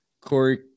Corey